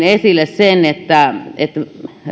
esille että että